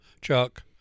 Chuck